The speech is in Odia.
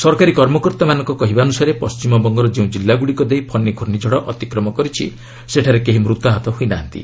ସରକାରୀ କର୍ମକର୍ତ୍ତମାନଙ୍କ କହିବା ଅନୁସାରେ ପଣ୍ଟିମବଙ୍ଗର ଯେଉଁ କିଲ୍ଲାଗୁଡ଼ିକ ଦେଇ ଫନି ଘୂର୍ଷିଝଡ଼ ଅତିକ୍ରମ କରିଛି ସେଠାରେ କେହି ମୃତାହତ ହୋଇ ନାହାନ୍ତି